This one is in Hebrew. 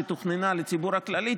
שתוכננה לציבור הכללי,